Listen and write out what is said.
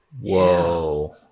Whoa